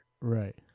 Right